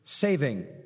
saving